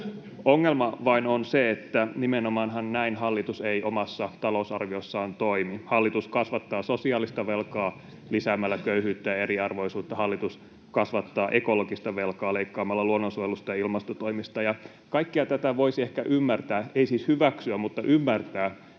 Ongelma vain on se, että nimenomaanhan näin hallitus ei omassa talousarviossaan toimi. Hallitus kasvattaa sosiaalista velkaa lisäämällä köyhyyttä ja eriarvoisuutta, hallitus kasvattaa ekologista velkaa leikkaamalla luonnonsuojelusta ja ilmastotoimista. Kaikkea tätä voisi ehkä ymmärtää — ei siis hyväksyä, mutta ymmärtää